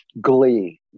glee